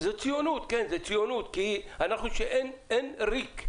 זו ציונות, כי אין ריק,